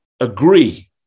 agree